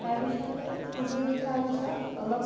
তাৰপিছতে সিজি উঠাৰ পিছত অলপ